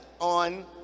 on